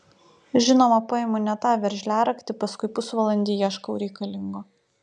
žinoma paimu ne tą veržliaraktį paskui pusvalandį ieškau reikalingo